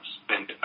spend